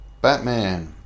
Batman